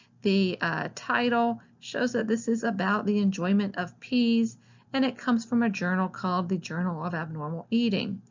the title shows that this is about the enjoyment of peas and it comes from a journal called the journal of abnormal eating.